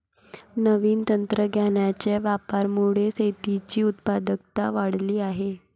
नवीन तंत्रज्ञानाच्या वापरामुळे शेतीची उत्पादकता वाढली आहे